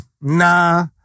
Nah